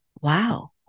Wow